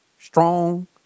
Strong